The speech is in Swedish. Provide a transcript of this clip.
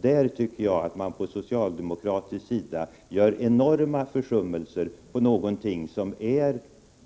Där tycker jag att man på socialdemokratiskt håll gör sig skyldig till enorma försummelser när det gäller någonting som är